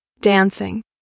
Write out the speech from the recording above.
dancing